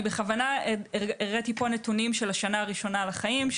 בכוונה הראיתי פה נתוני של השנה הראשונה לחיים.